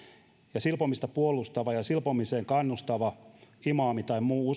ja silpomista puolustava ja silpomiseen kannustava imaami tai muu